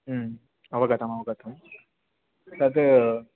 अवगतम् अवगतं तत्